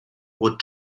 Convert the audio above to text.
what